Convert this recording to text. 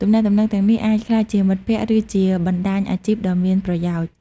ទំនាក់ទំនងទាំងនេះអាចក្លាយជាមិត្តភក្តិ ឬជាបណ្ដាញអាជីពដ៏មានប្រយោជន៍។